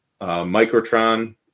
Microtron